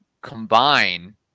combine